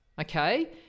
Okay